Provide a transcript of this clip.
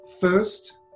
first